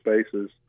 spaces